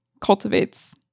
cultivates